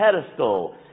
pedestal